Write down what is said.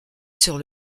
sur